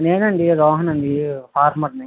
నేనండి రోహన్ అండి ఫార్మర్ ని